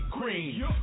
green